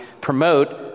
promote